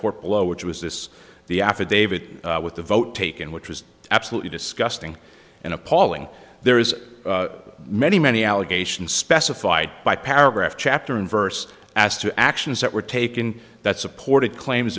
court below which was this the affidavit with the vote taken which was absolutely disgusting and appalling there is many many allegations specified by paragraph chapter and verse as to actions that were taken that supported claims